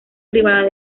privadas